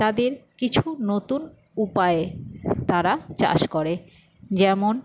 তাদের কিছু নতুন উপায়ে তারা চাষ করে যেমন